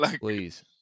Please